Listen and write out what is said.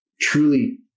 truly